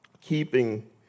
keeping